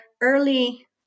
early